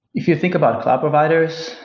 if you think about cloud providers,